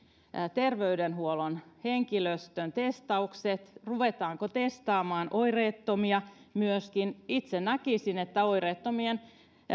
terveydenhuollon henkilöstön testaukset ruvetaanko testaamaan myöskin oireettomia itse näkisin että oireettoman